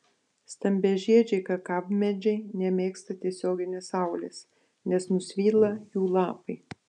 stambiažiedžiai kakavmedžiai nemėgsta tiesioginės saulės nes nusvyla jų lapai